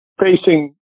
facing